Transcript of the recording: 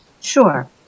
Sure